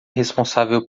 responsável